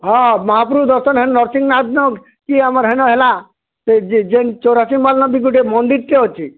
ହଁ ମହାପ୍ରଭୁ ଦର୍ଶନ୍ ହେନ୍ ନର୍ସିଂନାଥ୍ ନୋ କି ଆମର୍ ହେନୋ ହେଲା ଯେନ୍ ଚୋରାସିମାଲ୍ ନ ବି ଗୁଟେ ମନ୍ଦିର୍ଟେ ଅଛି